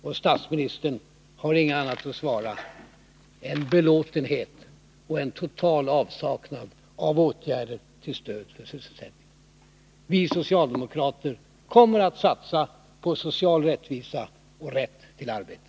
Och statsministern uttrycker belåtenhet och uppvisar en total avsaknad av åtgärder till stöd för sysselsättningen! Vi socialdemokrater kommer att satsa på social rättvisa och rätt till arbete.